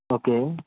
okay